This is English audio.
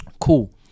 cool